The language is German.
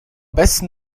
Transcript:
besten